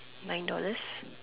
nine dollars